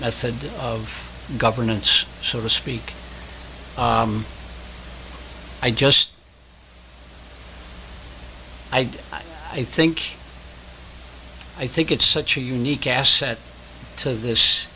method of governance so to speak i just feel i think i think it's such a unique asset to this